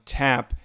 tap